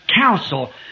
council